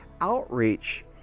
outreach